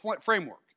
framework